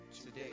today